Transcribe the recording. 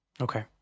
Okay